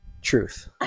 Truth